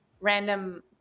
random